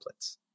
templates